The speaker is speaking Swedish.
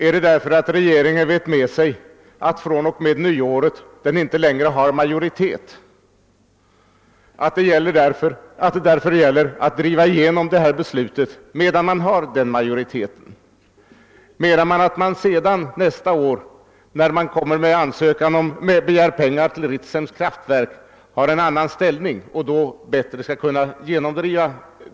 Är det därför att regeringen vet att den från och med nyåret inte längre har majoritet och att det därför gäller att driva igenom beslutet medan majoriteten finns för att sedan nästa år, då det begärs pengar till Ritsems kraftverk, lättare kunna fullfölja propositionens intentioner.